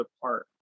apart